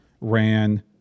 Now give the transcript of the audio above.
ran